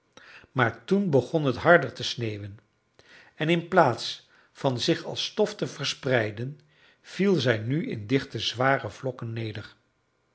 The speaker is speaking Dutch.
maar toen begon het harder te sneeuwen en inplaats van zich als stof te verspreiden viel zij nu in dichte zware vlokken neder